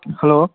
hello